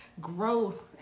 growth